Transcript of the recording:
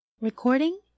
Recording